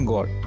God